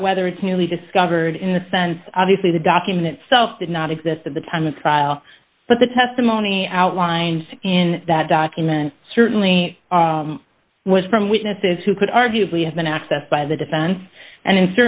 about whether it's newly discovered in the sense obviously the document itself did not exist at the time of trial but the testimony outlined in that document certainly was from witnesses who could arguably have been accessed by the defense and in